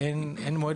יש לנו עובדים מושיעים,